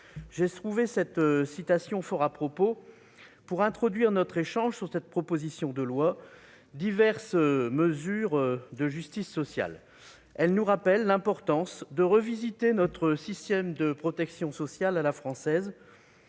Je trouvais cette citation fort à propos pour introduire notre échange sur cette proposition de loi portant diverses mesures de justice sociale. Elle nous rappelle l'importance de revisiter notre système de protection sociale à la française